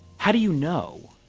how do you know?